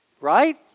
Right